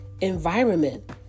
environment